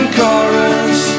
chorus